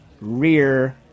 Rear